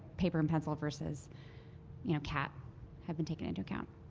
paper and pencil versus you know cat have been taken into account.